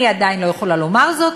אני עדיין לא יכולה לומר זאת,